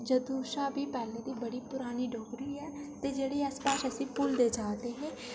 जदूं शा बी पैह्लै बड़ी परानी डोगरी ऐ ते जेह्ड़ी भाशा अस भुल्ली जा दे आं